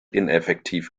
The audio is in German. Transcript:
ineffektiv